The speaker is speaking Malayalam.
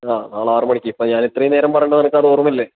ആ നാളെ ആറ് മണിക്ക് ഇപ്പം ഞാൻ ഇത്രയും നേരം പറഞ്ഞിട്ട് നിനക്കത് ഓർമയില്ലേ